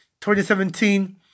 2017